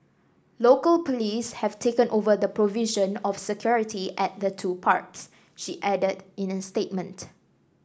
local police have taken over the provision of security at the two parks she added in a statement